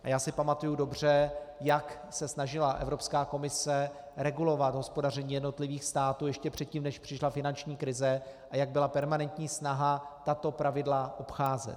A já si pamatuji dobře, jak se snažila Evropská komise regulovat hospodaření jednotlivých států ještě předtím než přišla finanční krize, a jak byla permanentní snaha tato pravidla obcházet.